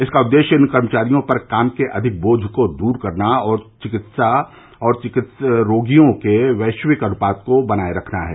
इसका उद्देश्य इन कर्मचारियों पर काम के अधिक बोझ को दूर करना और चिकित्सकों रोगियों के वैश्विक अनुपात को बनाए रखना है